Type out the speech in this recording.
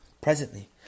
Presently